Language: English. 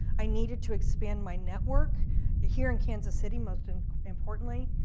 i needed to expand my network here in kansas city most and importantly,